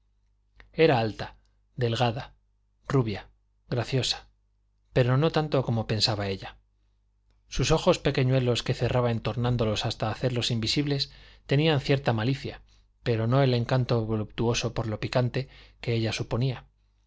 era alta delgada rubia graciosa pero no tanto como pensaba ella sus ojos pequeñuelos que cerraba entornándolos hasta hacerlos invisibles tenían cierta malicia pero no el encanto voluptuoso por lo picante que ella suponía